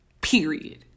Period